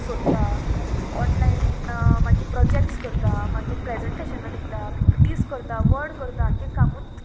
सोदता ऑनलायन मागीर प्रोजेक्ट्स करता मागीर प्रेजेंटेशनां दिता पी पीटीस करता वड करता आख्खें कामूत